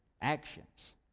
actions